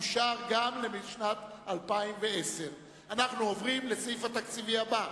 תקציב משרד התחבורה אושר גם לשנת 2010. אנחנו עוברים לסעיף התקציבי הבא,